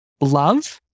love